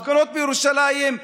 הפגנות בירושלים,